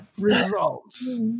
Results